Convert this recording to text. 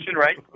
right